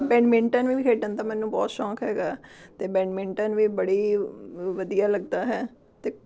badminton ਵੀ ਖੇਡਣ ਦਾ ਮੈਨੂੰ ਬਹੁਤ ਸ਼ੌਂਕ ਹੈਗਾ ਅਤੇ ਬੈਡਮਿੰਟਨ ਵੀ ਬੜੀ ਵਧੀਆ ਲੱਗਦਾ ਹੈ ਅਤੇ